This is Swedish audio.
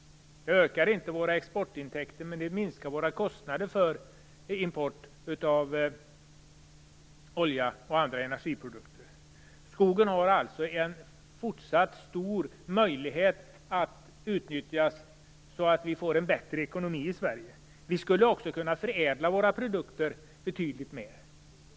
Det ökar inte våra exportintäkter, men det minskar våra kostnader för import av olja och andra energiprodukter. Det finns alltså en fortsatt stor möjlighet att utnyttja skogen så att vi får en bättre ekonomi i Sverige. Vi skulle också kunna förädla våra produkter betydligt mer.